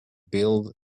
build